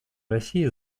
россии